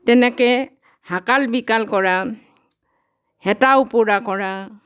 তেনেকৈ হাকাল বিকাল কৰা হেতা ওপৰা কৰা